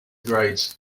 grades